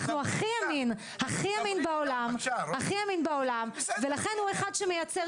אנחנו הכי ימין בעולם ולכן הוא אחד שמייצר